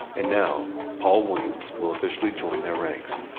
and now, paul williams will officially join their ranks,